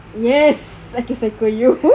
yes I can psycho you